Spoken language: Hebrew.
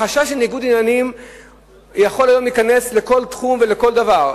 החשש לניגוד עניינים יכול היום להיכנס לכל תחום ולכל דבר.